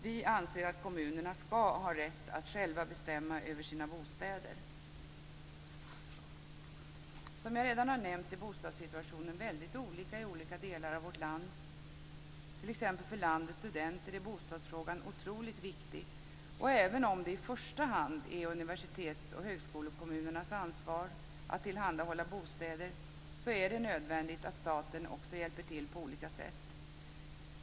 Vi anser att kommunerna ska ha rätt att själva bestämma över sina bostäder. Som jag redan har nämnt är bostadssituationen väldigt olika i olika delar av vårt land. För t.ex. landets studenter är bostadsfrågan otroligt viktig, och även om det i första hand är universitets och högskolekommunernas ansvar att tillhandahålla bostäder är det nödvändigt att staten också hjälper till på olika sätt.